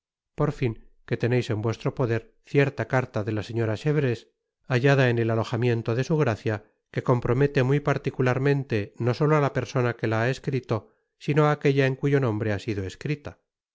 por fin que teneis en vuestro poder cierta carta de la señora chevreuse hallada en el alojamiento de su gracia que compromete muy particularmente no solo á la persona que la ha escrito sino á aquella en cuyo nombre ha sido escrita